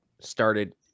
started